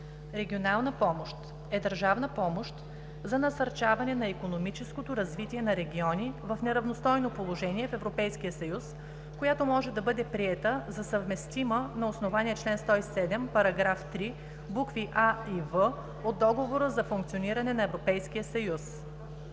„Регионална помощ” е държавна помощ за насърчаване на икономическото развитие на региони в неравностойно положение в Европейския съюз, която може да бъде приета за съвместима на основание чл. 107, параграф 3, букви „а” и „в” от Договора за функционирането на